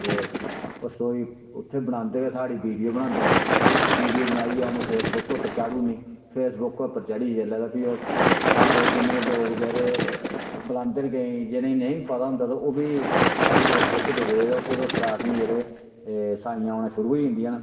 ते रसोई उत्थैं बनांदे गै साढ़ी विडियो बनांदे न विडियो बनाइयै उनें फेसबुक उप्पर चाढु ओड़नी फेसबुक उप्पर चढ़ी जिसलै तां फ्ही ओह् सारे जिन्ने लोक बचेरे बलांदे न केईं जिनेंगी नेईं बी पता होंदा तां ओह् बी साढ़ी फेसबुक दिखदे ते ओह्दे उप्परा असेंगी जेह्ड़े साईंयां औना शुरू होई जंदियां न